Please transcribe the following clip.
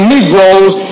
Negroes